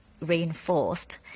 reinforced